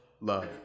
love